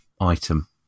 item